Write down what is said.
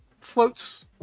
floats